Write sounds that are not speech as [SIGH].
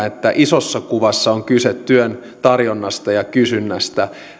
[UNINTELLIGIBLE] että isossa kuvassa on kyse työn tarjonnasta ja kysynnästä